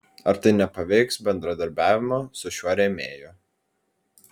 ar tai nepaveiks bendradarbiavimo su šiuo rėmėju